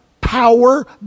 power